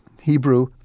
Hebrew